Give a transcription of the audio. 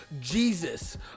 Jesus